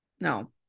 No